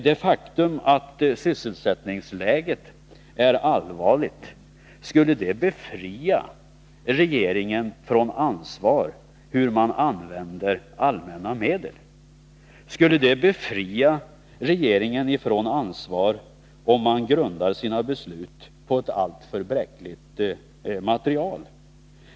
Det faktum att sysselsättningsläget är allvarligt — skulle det befria regeringen från ansvar för hur man använder allmänna medel? Skulle det befria regeringen från ansvar, om man grundar sitt beslut på ett alltför bräckligt material?